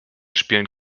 spielen